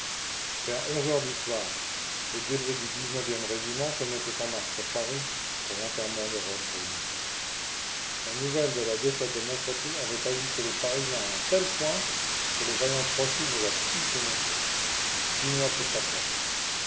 onze heures du soir les débris du e régiment se mettaient en marche sur paris pour l'enterrement de rochebrune la nouvelle de la défaite de montretout avait agité les parisiens à un tel point que le vaillant trochu n'osa plus s'y montrer vinoy prit sa place